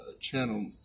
channel